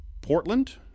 Portland